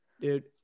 dude